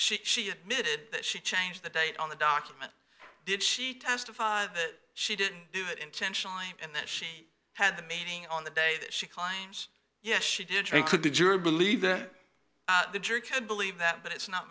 she she admitted that she changed the date on the document did she testify that she didn't do it intentionally and that she had the meeting on the day that she climbs yes she did drink with the jury believe the jury could believe that but it's not